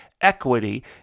equity